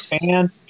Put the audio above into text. fan